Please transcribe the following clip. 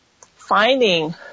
finding